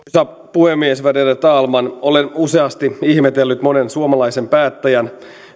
puhemies värderade talman olen useasti ihmetellyt monen suomalaisen päättäjän